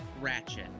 Ratchet